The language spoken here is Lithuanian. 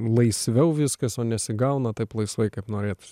laisviau viskas o nesigauna taip laisvai kaip norėtųsi